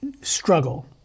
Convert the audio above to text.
struggle